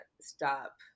stop